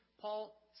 Paul